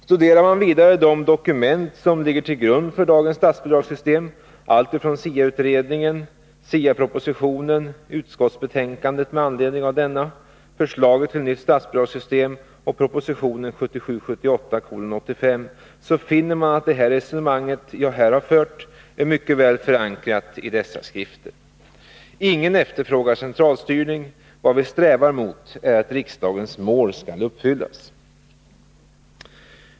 Studerar man de dokument som ligger till grund för dagens statsbidragssystem, alltifrån SIA-utredningen, SIA-propositionen, utskottsbetänkandet med anledning därav, förslaget till nytt statsbidragssystem till propositionen 1977/78:85, så finner man att det resonemang jag här för är mycket väl förankrat i dessa skrifter. Ingen efterfrågar centralstyrning. Vad vi strävar för är att riksdagens mål skall uppfyllas.